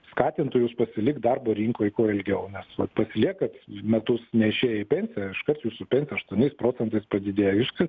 skatintų jus pasilikt darbo rinkoj kuo ilgiau nes va pasiliekat metus neišėję į pensiją iškart jūsų pensija aštuoniais procentais padidėjo iškart